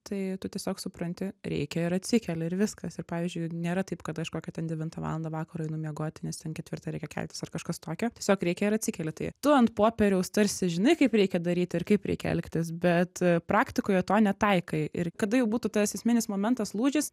tai tu tiesiog supranti reikia ir atsikeli ir viskas ir pavyzdžiui nėra taip kad aš kokią ten devintą valandą vakaro einu miegoti nes ten ketvirtą reikia keltis ar kažkas tokio tiesiog reikia ir atsikeli tai tu ant popieriaus tarsi žinai kaip reikia daryt ir kaip reikia elgtis bet praktikoje to netaikai ir kada jau būtų tas esminis momentas lūžis